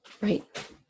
Right